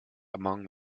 among